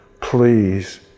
please